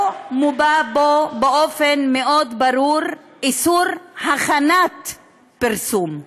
לא מובע בו באופן מאוד ברור איסור הכנת פרסום.